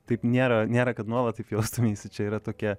taip nėra nėra kad nuolat taip jaustumeisi čia yra tokia